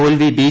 തോൽവി ബി